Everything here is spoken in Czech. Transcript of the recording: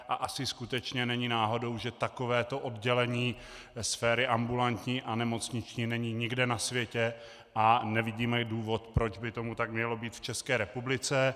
A asi skutečně není náhodou, že takovéto oddělení sféry ambulantní a nemocniční není nikde na světě, a nevidíme důvod, proč by tomu tak mělo být v České republice.